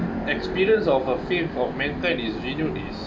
experience of a faith of mental is renew is